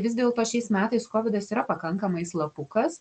vis dėlto šiais metais kovidas yra pakankamai slapukas